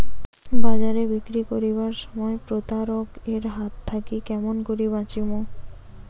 বাজারে বিক্রি করিবার সময় প্রতারক এর হাত থাকি কেমন করি বাঁচিমু?